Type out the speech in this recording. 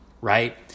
right